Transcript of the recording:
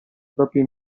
propria